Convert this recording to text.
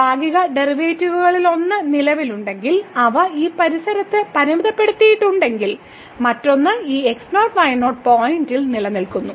ഭാഗിക ഡെറിവേറ്റീവുകളിലൊന്ന് നിലവിലുണ്ടെങ്കിൽ അവ ഈ പരിസരത്ത് പരിമിതപ്പെടുത്തിയിട്ടുണ്ടെങ്കിൽ മറ്റൊന്ന് ഈ x0 y0 പോയിന്റിൽ നിലനിൽക്കുന്നു